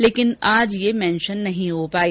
लेकिन आज ये मेन्शन नहीं हो पाई